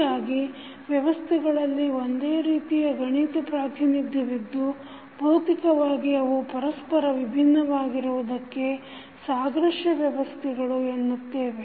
ಹೀಗಾಗಿ ವ್ಯವಸ್ಥೆಗಳಲ್ಲಿ ಒಂದೇ ರೀತಿಯ ಗಣಿತ ಪ್ರಾತಿನಿಧ್ಯವಿದ್ದು ಭೌತಿಕವಾಗಿ ಅವು ಪರಸ್ಪರ ವಿಭಿನ್ನವಾಗಿರುವುದಕ್ಕೆ ಸಾದೃಶ್ಯ ವ್ಯವಸ್ಥೆಗಳು ಎನ್ನುತ್ತೇವೆ